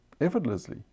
effortlessly